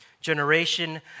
generation